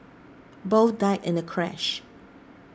both died in the crash